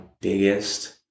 biggest